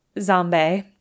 zombie